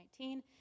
2019